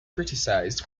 criticized